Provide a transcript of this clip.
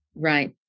Right